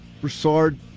Broussard